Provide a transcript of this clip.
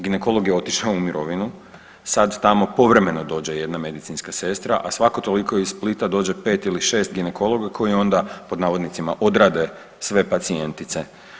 Ginekolog je otišao u mirovinu, sad tamo povremeno dođe jedna medicinska sestra, a svako toliko iz Splita dođe 5 ili 6 ginekologa koji onda pod navodnicima odrade sve pacijentice.